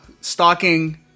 stalking